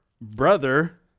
brother